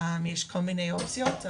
יש כל מיני אופציות,